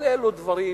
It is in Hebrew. כל אלה הם דברים